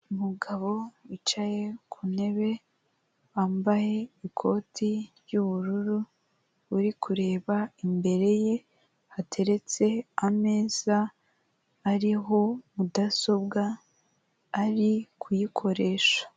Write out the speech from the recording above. Umugabo wicaye ku ntebe wambaye ikoti ry'ubururu uri kureba imbere ye hateretse ameza ariho mudasobwa ari kuyikoresha.